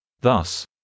Thus